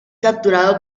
capturado